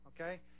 okay